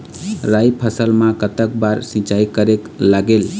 राई फसल मा कतक बार सिचाई करेक लागेल?